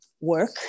work